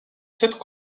sept